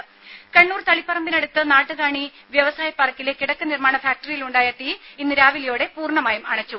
ദേദ കണ്ണൂർ തളിപറമ്പിനടുത്ത് നാട്ടുകാണി വ്യവസായ പാർക്കിലെ കിടക്ക നിർമ്മാണ ഫാക്ടറിയിൽ ഉണ്ടായ തീ ഇന്ന് രാവിലെയോടെ പൂർണ്ണമായും അണച്ചു